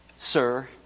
Sir